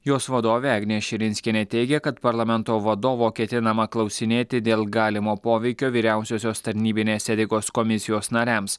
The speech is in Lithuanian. jos vadovė agnė širinskienė teigia kad parlamento vadovo ketinama klausinėti dėl galimo poveikio vyriausiosios tarnybinės etikos komisijos nariams